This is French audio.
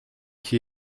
qui